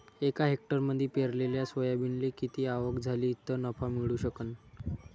एका हेक्टरमंदी पेरलेल्या सोयाबीनले किती आवक झाली तं नफा मिळू शकन?